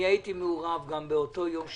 הייתי מעורב באותו יום שישי,